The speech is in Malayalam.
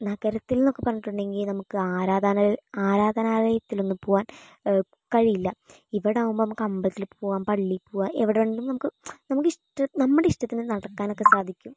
നഗരത്തിൽ നിന്നൊക്കെ പറഞ്ഞിട്ടുണ്ടെങ്കിൽ നമുക്ക് ആരാധനാലയത്തിലൊന്നു പോകുവാൻ കഴിയില്ല ഇവിടെയാകുമ്പോൾ നമുക്ക് അമ്പലത്തിൽ പോകാം പള്ളിയിൽ പോകാം എവിടെ വേണമെങ്കിലും നമുക്ക് നമുക്ക് ഇഷ്ടം നമ്മുടെ ഇഷ്ടത്തിന് നടക്കാനൊക്കെ സാധിക്കും